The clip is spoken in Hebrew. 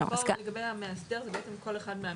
פה, לגבי המאסדר זה בעצם כל אחד מהמאסדרים?